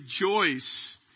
Rejoice